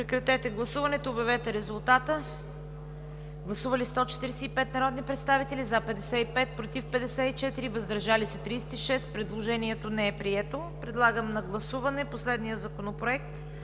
представители на 21 септември 2017 г. Гласували 145 народни представители: за 55, против 54, въздържали се 36. Предложението не е прието. Подлагам на гласуване последния Законопроект